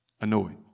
annoyed